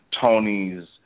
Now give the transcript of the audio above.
tony's